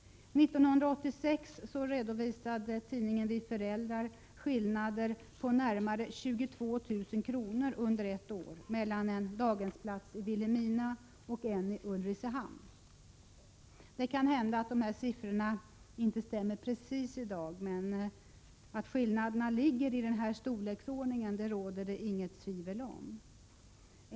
1986 redovisade tidningen Vi Föräldrar skillnader på närmare 22 000 kr. under ett år mellan en daghemsplats i Vilhelmina och en daghemsplats i Ulricehamn. Det kan hända att de här siffrorna inte är precis desamma i dag. Men att nämnda storleksordning gäller beträffande skillnaderna i taxor råder det inget tvivel om.